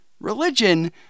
Religion